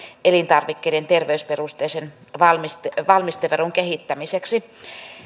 elintarvikkeiden terveysperusteisen valmisteveron valmisteveron kehittämiseksi